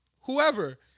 whoever